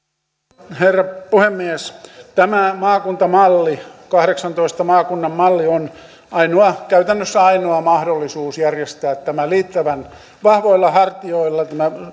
arvoisa herra puhemies tämä maakuntamalli kahdeksantoista maakunnan malli on käytännössä ainoa mahdollisuus järjestää riittävän vahvoilla hartioilla tämä